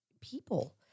people